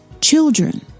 children